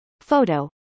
Photo